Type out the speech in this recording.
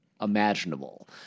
imaginable